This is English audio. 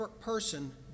person